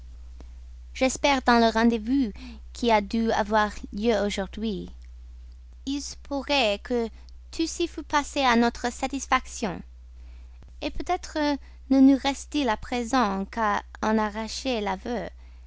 j'espère dans le rendez-vous qui a dû avoir lieu aujourd'hui il se pourrait que tout s'y fût passé à notre satisfaction peut-être ne nous reste-t-il à présent qu'à en arracher